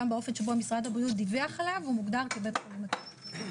גם באופן שבו משרד הבריאות דיווח עליו הוא מוגדר כבית חולים עצמאי.